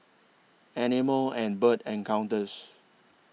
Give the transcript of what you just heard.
Animal and Bird Encounters